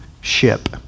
ship